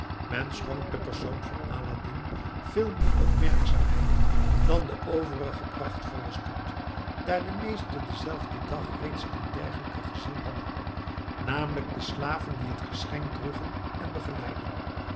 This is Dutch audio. men schonk den persoon van aladdin veel meer opmerkzaamheid dan den overigen prachtvollen stoet daar de meesten denzelfden dag reeds een dergelijken gezien hadden namelijk de slaven die het geschenk droegen en begeleidden